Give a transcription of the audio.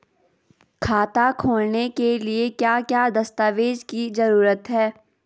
खाता खोलने के लिए क्या क्या दस्तावेज़ की जरूरत है?